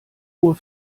uhr